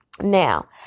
Now